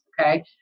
okay